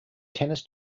tennis